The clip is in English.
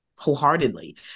wholeheartedly